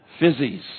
fizzies